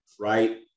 Right